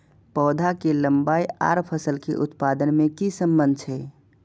पौधा के लंबाई आर फसल के उत्पादन में कि सम्बन्ध छे?